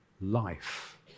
life